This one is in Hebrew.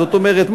זאת אומרת,